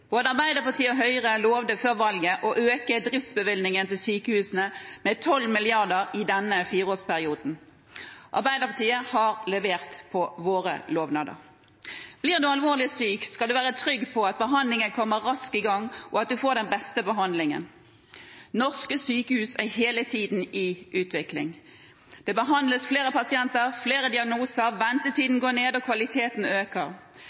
Både Arbeiderpartiet og Høyre lovet før valget å øke driftsbevilgningen til sykehusene med 12 mrd. kr i denne fireårsperioden. Arbeiderpartiet har levert på sine lovnader. Blir man alvorlig syk, skal man være trygg på at man får den beste behandlingen, og at behandlingen kommer raskt i gang. Norske sykehus er hele tiden i utvikling. Flere pasienter behandles, det stilles flere diagnoser, ventetiden går ned, og kvaliteten øker.